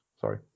sorry